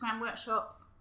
workshops